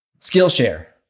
Skillshare